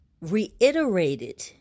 reiterated